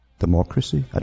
Democracy